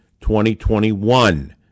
2021